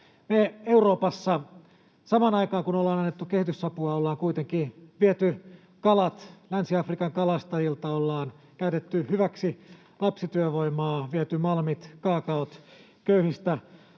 Me Euroopassa, samaan aikaan kun ollaan annettu kehitysapua, ollaan kuitenkin viety kalat Länsi-Afrikan kalastajilta, ollaan käytetty hyväksi lapsityövoimaa, viety malmit, kaakaot köyhistä